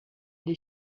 des